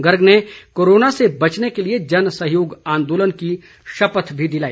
गर्ग ने कोरोना से बचने के लिए जन सहयोग आंदोलन की शपथ भी दिलाई